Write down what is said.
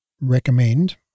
recommend